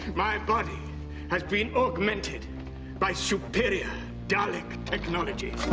my body has been augmented by superior dalek technology!